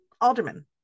Alderman